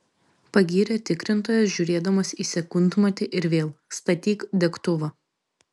pagyrė tikrintojas žiūrėdamas į sekundmatį ir vėl statyk degtuvą